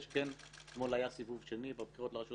אתמול היה סיבוב שני בבחירות לרשויות